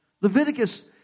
Leviticus